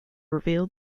reveal